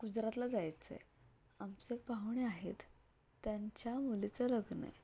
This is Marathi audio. गुजरातला जायचं आहे आमचं पाहुणे आहेत त्यांच्या मुलीचं लग्न आहे